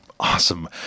Awesome